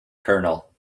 colonel